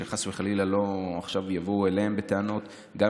שחס וחלילה לא יבואו אליהם בטענות עכשיו,